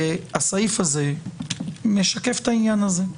והסעיף זה משקף את העניין הזה.